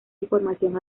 información